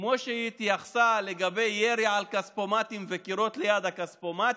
כמו שהיא התייחסה לירי על כספומטים וקירות ליד הכספומטים,